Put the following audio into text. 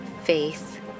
faith